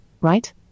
right